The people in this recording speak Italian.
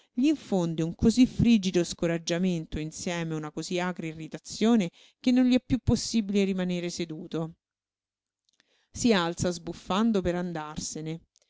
là gl'infonde un cosí frigido scoraggiamento e insieme una cosí acre irritazione che non gli è piú possibile rimanere seduto si alza sbuffando per andarsene